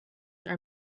are